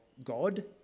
God